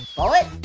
bullet?